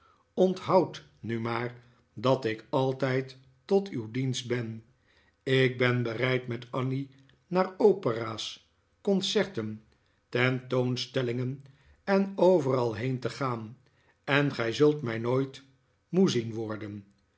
onthoud nu maar dat ik altijd tot uw dienst ben ik ben bereid met annie naar opera's concerten tentoonstellingen en overal heen te gaan en gij zult mij nooit moe zien worden